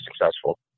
successful